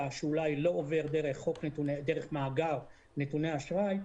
שאולי לא עובר דרך מאגר נתוני האשראי,